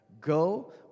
Go